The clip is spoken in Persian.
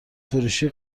فروشی